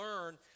learn